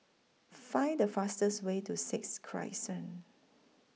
Find The fastest Way to Sixth Crescent